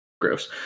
gross